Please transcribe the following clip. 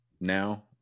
now